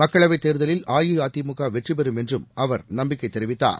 மக்களவைத் தேர்தலில் அஇஅதிமுக வெற்றிபெறும் என்றும் அவர் நம்பிக்கை தெரிவித்தார்